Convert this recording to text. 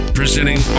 presenting